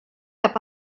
cap